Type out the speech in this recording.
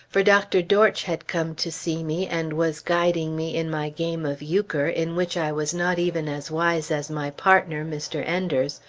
for dr. dortch had come to see me, and was guiding me in my game of euchre in which i was not even as wise as my partner, mr. enders,